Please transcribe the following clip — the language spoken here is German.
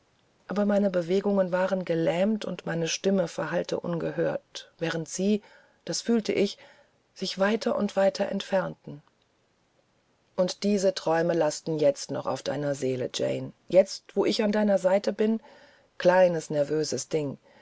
aber meine bewegungen waren gelähmt und meine stimme verhallte ungehört während sie das fühlte ich sich weiter und weiter entfernten und diese träume lasten jetzt noch auf deiner seele jane jetzt wo ich an deiner seite bin kleines nervöses ding